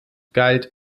galt